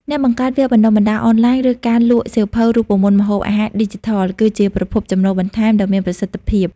ការបង្កើតវគ្គបណ្តុះបណ្តាលអនឡាញ ឬការលក់សៀវភៅរូបមន្តម្ហូបអាហារឌីជីថល គឺជាប្រភពចំណូលបន្ថែមដ៏មានប្រសិទ្ធភាព។